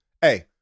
hey